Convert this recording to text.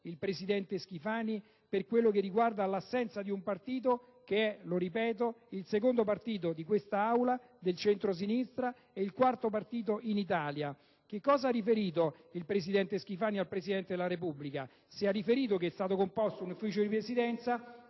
il presidente Schifani in merito all'assenza di un partito che - lo ripeto - è il secondo partito di quest'Aula e del centrosinistra e il quarto partito in Italia? Che cosa ha riferito il presidente Schifani al Presidente della Repubblica? Se ha riferito che è stato composto un Consiglio di Presidenza,